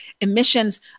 emissions